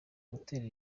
gutera